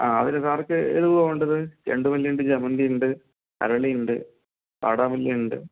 ആ സാറിന് ഇപ്പോൾ ഏത് പൂവാണ് വേണ്ടത് ചെണ്ടുമല്ലി ഉണ്ട് ജമന്തി ഉണ്ട് അരളി ഉണ്ട് വാടാമല്ലി ഉണ്ട്